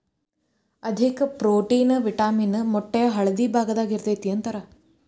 ಅಧಿಕ protein, vitamin ಮೊಟ್ಟೆಯ ಹಳದಿ ಭಾಗದಾಗ ಇರತತಿ ಅಂತಾರ